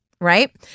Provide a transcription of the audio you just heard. Right